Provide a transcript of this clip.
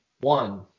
one